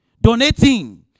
Donating